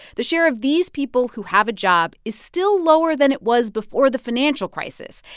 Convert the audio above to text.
the share of these people who have a job is still lower than it was before the financial crisis.